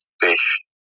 fish